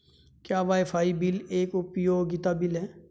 क्या wifi bill एक उपयोगिता बिल है?